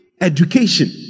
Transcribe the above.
education